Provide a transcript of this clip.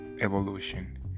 evolution